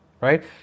right